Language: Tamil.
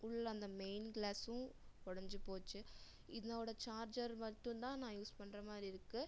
உள்ளே அந்த மெய்ன் க்ளாஸும் உடஞ்சிப் போச்சு இதனோடய சார்ஜர் மட்டும் தான் நான் யூஸ் பண்ணுற மாதிரி இருக்குது